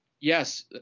Yes